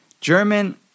German